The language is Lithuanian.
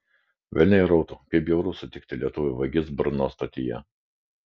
velniai rautų kaip bjauru sutikti lietuvių vagis brno stotyje